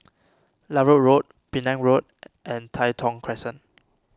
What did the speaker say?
Larut Road Penang Road and Tai Thong Crescent